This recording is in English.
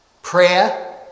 Prayer